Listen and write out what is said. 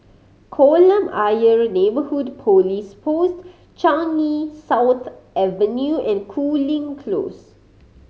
Kolam Ayer Neighbourhood Police Post Changi South Avenue and Cooling Close